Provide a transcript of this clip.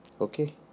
Okay